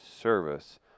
service